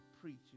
preaching